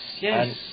Yes